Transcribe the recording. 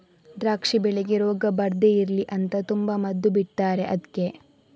ದ್ರಾಕ್ಷಿ ಬೆಳೆಗೆ ರೋಗ ಬರ್ದೇ ಇರ್ಲಿ ಅಂತ ತುಂಬಾ ಮದ್ದು ಬಿಡ್ತಾರೆ ಅದ್ಕೆ